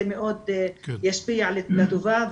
זה מאוד ישפיע לטובה.